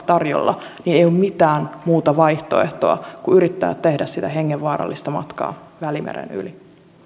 tarjolla niin ei ole mitään muuta vaihtoehtoa kuin yrittää tehdä sitä hengenvaarallista matkaa välimeren yli